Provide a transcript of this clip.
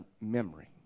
memory